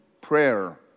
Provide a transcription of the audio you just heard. prayer